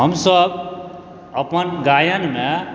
हमसब अपन गायनमे